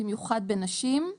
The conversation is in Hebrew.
במיוחד בנשים,